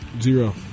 Zero